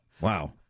Wow